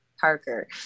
Parker